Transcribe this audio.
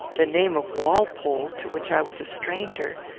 the name of walpole, to which i was a stranger,